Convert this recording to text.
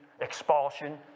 expulsion